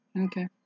Okay